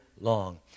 long